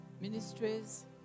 ministries